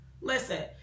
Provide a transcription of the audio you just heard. Listen